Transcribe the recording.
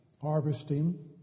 harvesting